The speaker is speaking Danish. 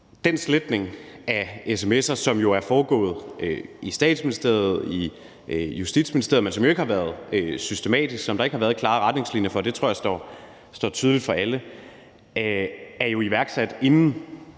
Den sletning af sms'er, som jo er foregået i Statsministeriet, i Justitsministeriet, men som jo ikke har været systematisk, som der ikke har været klare retningslinjer for – det tror jeg står tydeligt for alle – er jo iværksat, inden